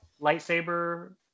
lightsaber